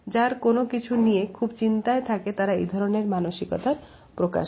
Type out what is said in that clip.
যারা কোন কিছু নিয়ে খুব চিন্তায় থাকে তারা এই ধরণের মানসিকতার প্রকাশ করে